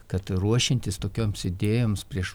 kad ruošiantis tokioms idėjoms prieš